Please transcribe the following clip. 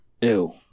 Ew